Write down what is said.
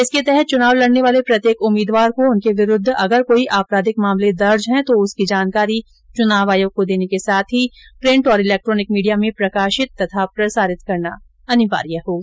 इसके तहत चुनाव लड़ने वाले प्रत्येक उम्मीदवार को उनके विरूद्व अगर कोई आपराधिक मामले दर्ज है तो उसकी जानकारी चुनाव आयोग को देने के साथ ही प्रिंट और इलेक्ट्रॉनिक मीडिया में प्रकाशित प्रसारित करना अनिवार्य होगा